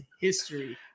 history